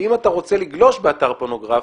ואם אתה רוצה לגלוש באתר פורנוגרפי,